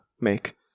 Make